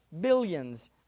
billions